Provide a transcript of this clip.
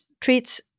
treats